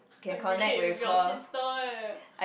I can relate with your sister eh